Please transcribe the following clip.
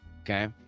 Okay